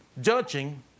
judging